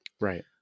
Right